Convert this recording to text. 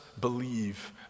believe